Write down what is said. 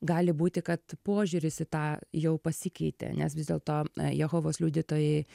gali būti kad požiūris į tą jau pasikeitė nes vis dėlto jehovos liudytojai